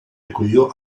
acudió